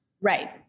Right